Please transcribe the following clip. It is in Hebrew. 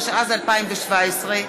התשע"ז 2017,